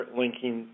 linking